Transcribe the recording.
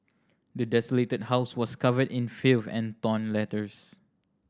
the desolated house was covered in filth and torn letters